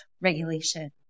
regulation